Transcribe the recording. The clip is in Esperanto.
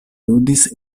ludis